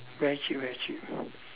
very cheap very cheap